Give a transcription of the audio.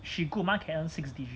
she good month can earn six digit